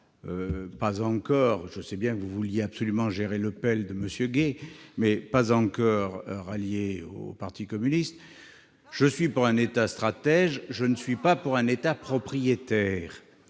mais pas pour un État propriétaire.